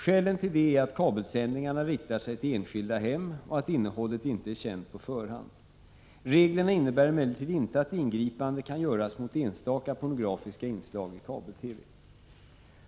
Skälen till det är att kabelsändningarna riktar sig till enskilda hem och att innehållet inte är känt på förhand. Reglerna innebär emellertid inte att ingripande kan göras mot enstaka pornografiska inslag i kabel-TV.